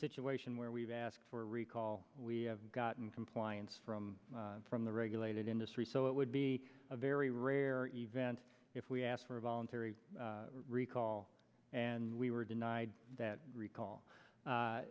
situation where we've asked for recall we have gotten compliance from from the regulated industry so it would be a very rare event if we asked for a voluntary recall and we were denied that recall